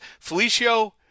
Felicio